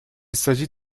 s’agit